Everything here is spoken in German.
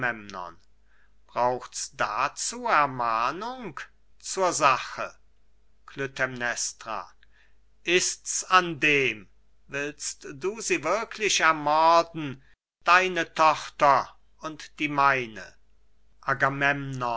braucht's dazu ermahnung zur sache klytämnestra ist's an dem willst du sie wirklich ermorden deine tochter und die meine